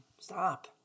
Stop